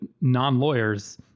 non-lawyers